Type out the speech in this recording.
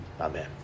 amen